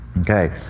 Okay